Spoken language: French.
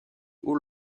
haut